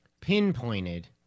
pinpointed